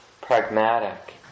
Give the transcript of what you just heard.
pragmatic